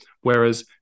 Whereas